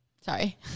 sorry